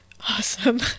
Awesome